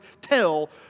tell